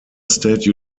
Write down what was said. state